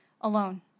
alone